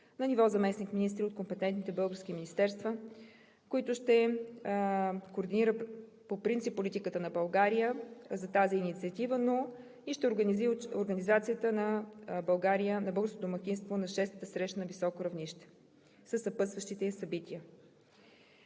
на ниво заместник-министри от компетентните български министерства, които ще координират по принцип политиката на България за тази инициатива, но и ще организират организацията на България за българското домакинство на Шестата среща на високо равнище със съпътстващите ѝ събития.